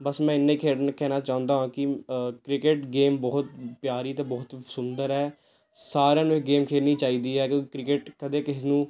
ਬਸ ਮੈਂ ਇਨੀ ਖੇਡ ਕਹਿਣਾ ਚਾਹੁੰਦਾ ਹਾਂ ਕਿ ਕ੍ਰਿਕਟ ਗੇਮ ਬਹੁਤ ਪਿਆਰੀ ਅਤੇ ਬਹੁਤ ਸੁੰਦਰ ਹੈ ਸਾਰਿਆਂ ਨੂੰ ਇਹ ਗੇਮ ਖੇਡਣੀ ਚਾਹੀਦੀ ਹੈ ਕਿਉਂਕਿ ਕ੍ਰਿਕਟ ਕਦੇ ਕਿਸੇ ਨੂੰ